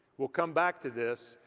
we'll come back to this,